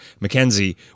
McKenzie